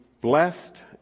blessed